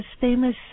famous